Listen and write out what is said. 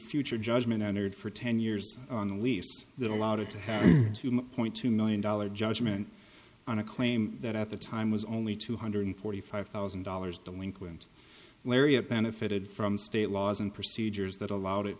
future judgment entered for ten years on the lease that allowed it to have a point two million dollars judgment on a claim that at the time was only two hundred forty five thousand dollars delinquent lariat benefited from state laws and procedures that allowed it